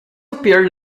appeared